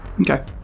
okay